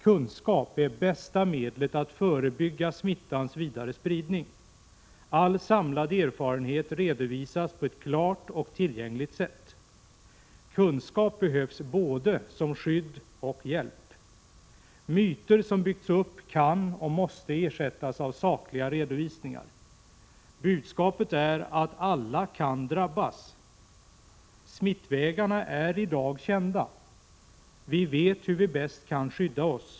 Kunskap är bästa medlet att förebygga smittans vidare spridning. All samlad erfarenhet redovisas på ett klart och tillgängligt sätt. Kunskap behövs både som skydd och som hjälp. Myter som byggts upp kan och måste ersättas av sakliga redovisningar. Budskapet är att alla kan drabbas. Smittvägarna är i dag kända. Vi vet hur vi bäst kan skydda oss.